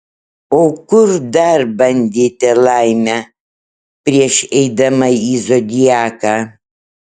o kur dar bandėte laimę prieš eidama į zodiaką